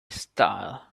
style